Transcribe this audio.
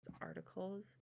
articles